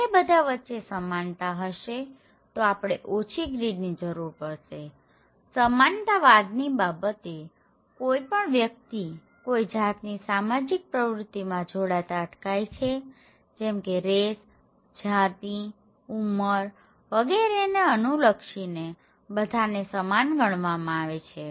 જ્યારે બધા વચ્ચે સમાનતા હશે તો આપણે ઓછી ગ્રીડ ની જરૂર પડશેસમાનતા વાદની બાબતે કોઈ પણ વ્યક્તિ કોઈ જાતની સામાજીક પ્રવૃતિમાં જોડાતા અટકાય છેજેમકે રેસ જાતિઉંમર વગેરેને અનુલક્ષીને બધાને સમાન ગણવામાં આવે છે